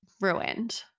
ruined